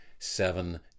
seven